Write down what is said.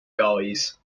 guys